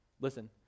Listen